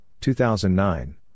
2009